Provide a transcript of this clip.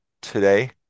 Today